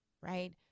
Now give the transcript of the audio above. right